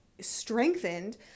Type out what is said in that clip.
strengthened